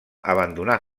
abandonar